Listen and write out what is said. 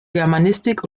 germanistik